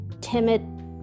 timid